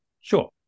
Sure